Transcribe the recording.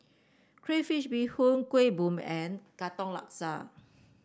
Crayfish Beehoon Kuih Bom and Katong Laksa